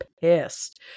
pissed